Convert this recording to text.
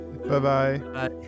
Bye-bye